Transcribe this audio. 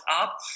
up